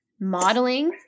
modeling